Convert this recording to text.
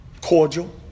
Cordial